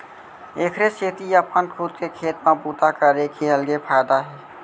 एखरे सेती अपन खुद के खेत म बूता करे के अलगे फायदा हे